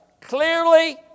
clearly